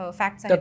facts